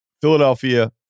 Philadelphia